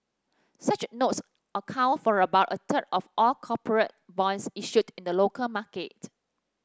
such notes account for about a third of all corporate bonds issued in the local market